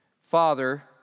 Father